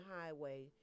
Highway